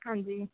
ਹਾਂਜੀ